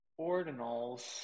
ordinals